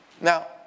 Now